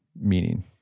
meaning